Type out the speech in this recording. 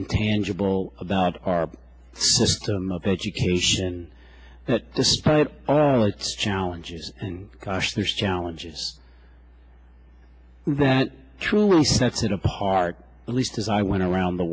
intangible about our system of education that despite all its challenges and gosh there's challenges that truly sets it apart at least as i went around the